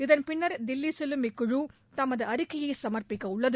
இதன் பின்னா் தில்லி செல்லும் இக்குழு தமது அறிக்கையை சமா்ப்பிக்கவுள்ளது